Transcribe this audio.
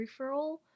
referral